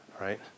right